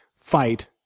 fight